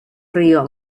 río